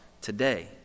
today